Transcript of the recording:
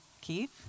Keith